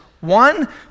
one